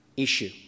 issue